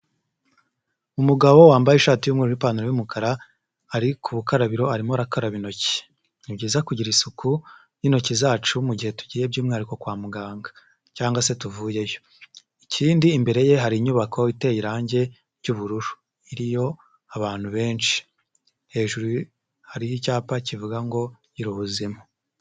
Umugabo wambaye ishati y'umweru n'ipantaro y'umukara, ari ku rukarabiro arimo arakaraba intoki. Ni byiza kugira isuku n'intoki zacu mu gihe tugiye by'umwihariko kwa muganga, cyangwa se tuvuyeyo. Ikindi imbere ye hari inyubako iteye irangi ry'ubururu, iriyo abantu benshi, hejuru hariho icyapa kivuga ngo gira ubuzima.